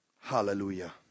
Hallelujah